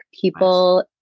People